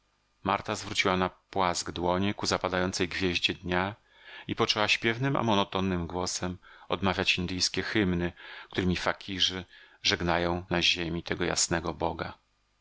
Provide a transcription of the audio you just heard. marta zwróciła na płask dłonie ku zapadającej gwieździe dnia i poczęła śpiewnym a monotonnym głosem odmawiać indyjskie hymny którymi fakirzy żegnają na ziemi tego jasnego boga